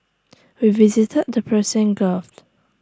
we visited the Persian gulf